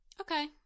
Okay